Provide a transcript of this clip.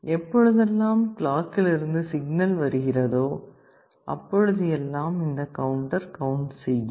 எப்பொழுதெல்லாம் கிளாக்கிலிருந்து சிக்னல் வருகிறதோ அப்பொழுது இந்த கவுண்டர் கவுண்ட் செய்யும்